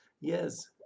Yes